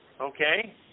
okay